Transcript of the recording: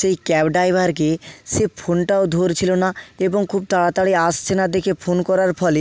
সেই ক্যাব ড্রাইভারকে সে ফোনটাও ধরছিলো না এবং খুব তাড়াতাড়ি আসছে না দেখে ফোন করার ফলে